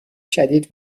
شدید